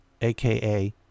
AKA